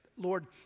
Lord